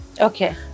okay